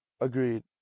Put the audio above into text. Agreed